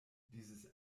dieses